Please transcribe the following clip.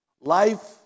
life